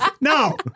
no